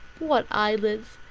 what eyelids!